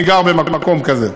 אני גר במקום כזה.